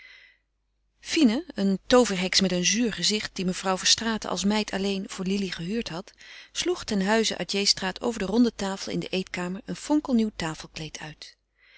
fine een tooverheks met een zuur gezicht die mevrouw verstraeten als meid alleen voor lili gehuurd had sloeg ten huize atjehstraat over de ronde tafel in de eetkamer een fonkelnieuw tafelkleed uit